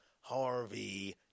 Harvey